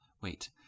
wait